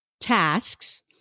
tasks